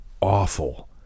awful